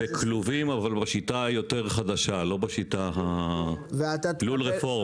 בכלובים, אבל בשיטה היותר חדשה, לול רפורמה.